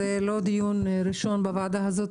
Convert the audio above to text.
זה לא דיון ראשון בוועדה הזאת,